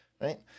Right